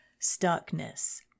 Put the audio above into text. stuckness